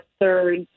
third